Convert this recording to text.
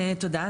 תודה.